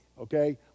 okay